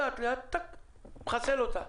לאט לאט מחסל אותה.